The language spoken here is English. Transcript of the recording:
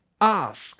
ask